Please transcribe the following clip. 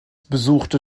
besuchte